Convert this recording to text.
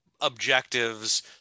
objectives